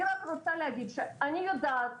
אני יודעת,